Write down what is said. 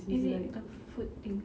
is it the food thing